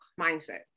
mindset